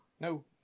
No